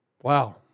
Wow